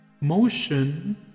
Motion